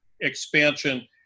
expansion